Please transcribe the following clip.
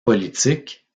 politique